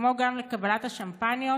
כמו גם לקבלת השמפניות